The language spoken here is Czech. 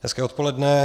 Hezké odpoledne.